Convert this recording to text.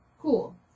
cool